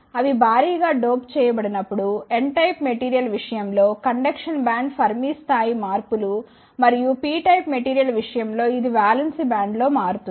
అవి భారీ గా డోప్ చేయబడి నప్పుడు N టైప్ మెటీరియల్ విషయం లో కండక్షన్ బ్యాండ్లో ఫెర్మి స్థాయి మార్పులు మరియు P టైప్ మెటీరియల్ విషయం లో ఇది వాలెన్స్ బ్యాండ్లో మారుతుంది